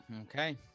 Okay